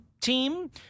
team